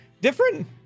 different